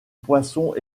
poissons